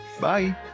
Bye